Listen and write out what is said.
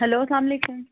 hello السلامُ علیکُم